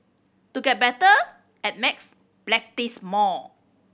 to get better at maths practise more